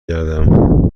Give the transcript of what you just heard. گردم